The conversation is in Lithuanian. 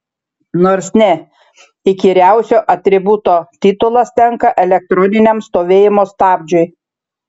nors ne įkyriausio atributo titulas tenka elektroniniam stovėjimo stabdžiui